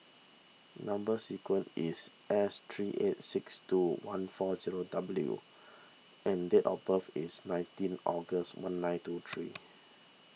Number Sequence is S three eight six two one four zero W and date of birth is nineteen August one nine two three